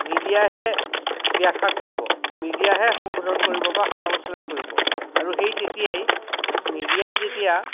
মিডিয়াইহে ব্যাখ্যা কৰিব মিডিয়াইহে সংশোধন কৰিব বা সমালোচনা কৰিব আৰু সেই তেতিয়াই মিডিয়াই যেতিয়া